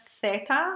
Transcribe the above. theta